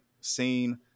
seen